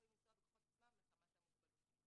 יכולים לנסוע בכוחות עצמם מחמת המוגבלות,